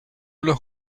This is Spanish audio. los